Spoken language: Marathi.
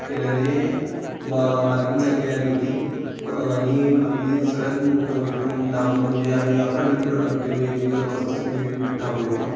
केल्याने मा मार्किंग चांगली आली होती आणि आम्ही सर्वांत मोठं विक्रम धावणं म्हणजे आम्ही अकरा किलोमीटर कंटीन्यु एक दिवस पस्तीस मिनिट धावलो होतो